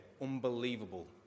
Unbelievable